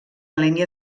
línia